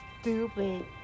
stupid